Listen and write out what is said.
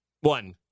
One